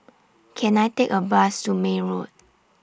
Can I Take A Bus to May Road